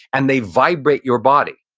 and they vibrate your body